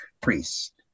priests